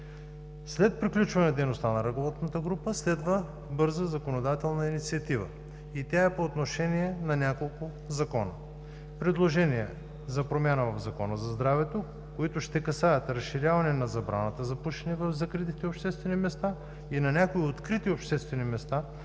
След приключване дейността на работната група следва бърза законодателна инициатива и тя е по отношение на няколко закона. Предложения за промяна в Закона за здравето, които ще касаят разширяване на забраната за пушене в закритите обществени места и на някои открити обществени места,